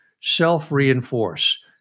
self-reinforce